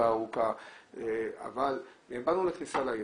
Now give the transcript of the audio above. אבל הגענו לכניסה לעיר,